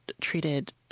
treated